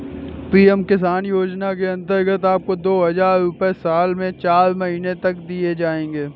PM किसान योजना के अंतर्गत आपको दो हज़ार रुपये साल में चार महीने तक दिए जाएंगे